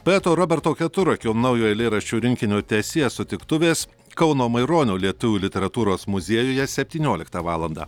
poeto roberto keturakio naujo eilėraščių rinkinio teesie sutiktuvės kauno maironio lietuvių literatūros muziejuje septynioliktą valandą